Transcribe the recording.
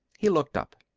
he looked up.